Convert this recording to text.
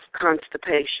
constipation